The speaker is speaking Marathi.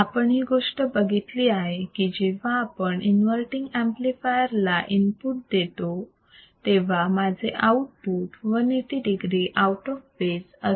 आपण ही गोष्ट बघितली आहे की जेव्हा आपण इन्वर्तींग ऍम्प्लिफायर ला इनपुट देतो तेव्हा माझे output 180 degree out of phase असते